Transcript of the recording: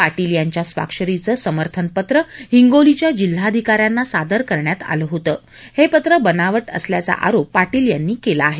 पाटील यांच्या स्वाक्षरीचं समर्थन पत्र हिंगोलीच्या जिल्हाधिकाऱ्यांना सादर करण्यात आलं होतं हे पत्र बनावट असल्याचा आरोप पाटील यांनी केला आहे